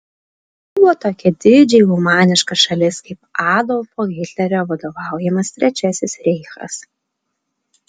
buvo tokia didžiai humaniška šalis kaip adolfo hitlerio vadovaujamas trečiasis reichas